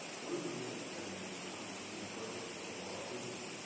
one of the lyrics you have in one of the songs is inappropriate for a royal company.